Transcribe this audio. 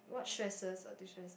what stresses or destress